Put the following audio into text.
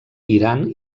iran